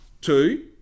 Two